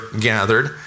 gathered